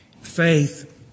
Faith